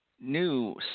New